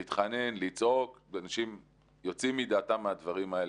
להתחנן, לצעוק, ואנשים יוצאים מדעתם מהדברים האלה.